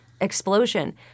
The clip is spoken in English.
explosion